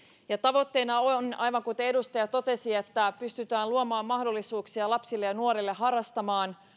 tavoitteena on aivan kuten edustaja totesi että pystytään luomaan mahdollisuuksia lapsille ja nuorille harrastaa